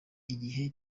igihe